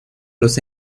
los